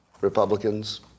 Republicans